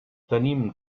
tenim